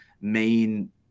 main